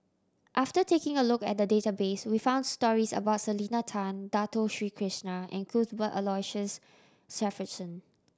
after taking a look at the database we found stories about Selena Tan Dato Sri Krishna and Cuthbert Aloysius Shepherdson